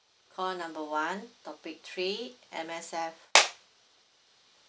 call number one topic three M_S_F